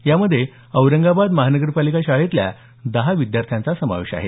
यामध्ये औरंगाबाद महानगरपालिका शाळेतल्या दहा विद्यार्थ्यांचा समावेश आहे